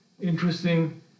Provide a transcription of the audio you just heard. interesting